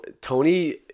Tony